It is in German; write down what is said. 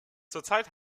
zurzeit